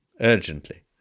urgently